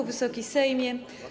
Wysoki Sejmie!